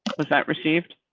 was that received?